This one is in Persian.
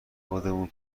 خودمون